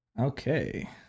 Okay